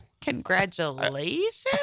Congratulations